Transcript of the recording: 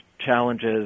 challenges